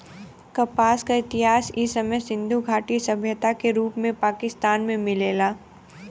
कपास क इतिहास इ समय सिंधु घाटी सभ्यता के रूप में पाकिस्तान में मिलेला